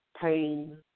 pain